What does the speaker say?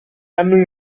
hanno